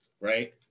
right